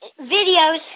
videos